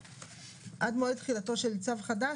עד מועד תחילתו של צו חדש,